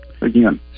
again